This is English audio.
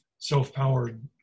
self-powered